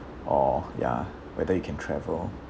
or ya whether you can travel